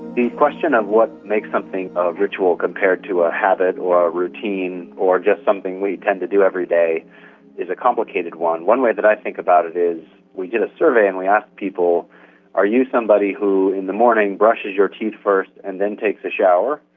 the question of what makes something ah a ritual compared to a habit or a routine or just something we tend to do every day is a complicated one. one way that i think about it is, we did a survey and we asked people are you somebody who in the morning brushes your teeth first and then takes a shower,